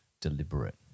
deliberate